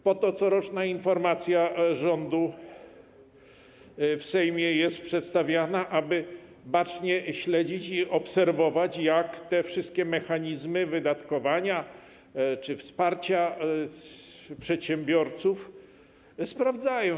Po to coroczna informacja rządu w Sejmie jest przedstawiana, aby bacznie śledzić i obserwować, jak te wszystkie mechanizmy wydatkowania środków czy wsparcia przedsiębiorców się sprawdzają.